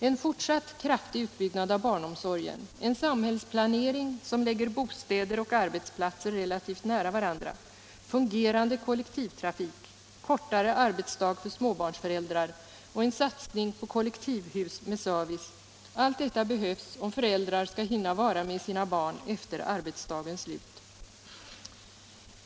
En fortsatt kraftig utbyggnad av barnomsorgen, en samhällsplanering som lägger bostäder och arbetsplatser relativt nära varandra, fungerande kollektivtrafik, kortare arbetsdag för småbarnsföräldrar och en satsning på kollektivhus med service behövs, om föräldrar skall hinna vara med sina barn efter arbetsdagens slut.